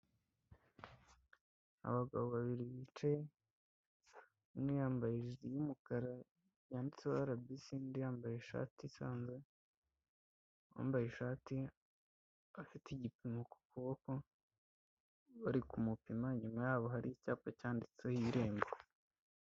Abagabo babiri bicaye, umwe yambaye ijile y'umukara yanditseho RBC, undi yambaye ishati isanzwe, uwambaye ishati afite igipimo ku kuboko, bari kumupima, inyuma yabo hari icyapa cyanditseho irembo.